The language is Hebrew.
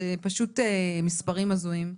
אלו פשוט מספרים הזויים.